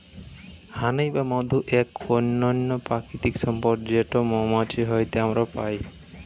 হানি বা মধু এক অনন্য প্রাকৃতিক সম্পদ যেটো মৌমাছি হইতে আমরা পাই